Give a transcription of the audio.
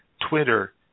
Twitter